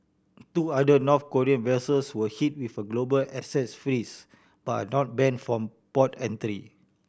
two other North Korean vessels were hit with a global assets freeze but are not banned from port entry